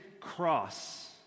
cross